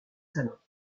salons